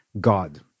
God